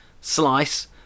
slice